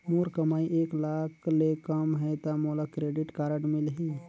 मोर कमाई एक लाख ले कम है ता मोला क्रेडिट कारड मिल ही?